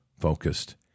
focused